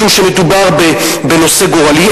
משום שמדובר בנושא גורלי,